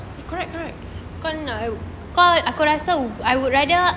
correct correct